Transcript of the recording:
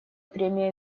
премия